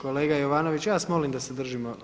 Kolega Jovanović, ja vas molim da se držimo